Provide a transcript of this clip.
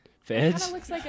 feds